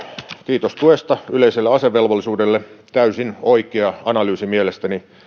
kiitos tuesta yleiselle asevelvollisuudelle täysin oikea analyysi mielestäni